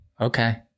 okay